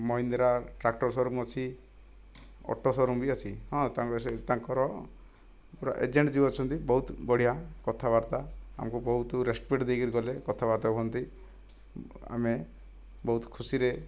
Mahindra tractor showroom ଅଛି auto showroom ବି ଅଛି ହଁ ସେ ତାଙ୍କର ପୁରା ଏଜେଣ୍ଟ ଯିଏ ଅଛନ୍ତି ବହୁତ ବଢ଼ିଆ କଥାବାର୍ତ୍ତା ଆମକୁ ବହୁତ ରେସପେକ୍ଟ ଦେଇକି ଗଲେ କଥାବାର୍ତ୍ତା ହୁଅନ୍ତି ଆମେ ବହୁତ ଖୁସିରେ